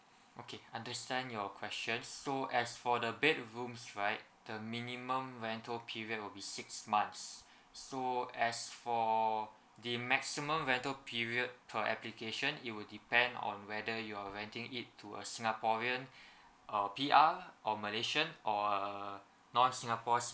okay understand your questions so as for the bedrooms right the minimum rental period will be six months so as for the maximum rental period per application it will depend on whether you're renting it to a singaporean or P R or malaysian or non singapore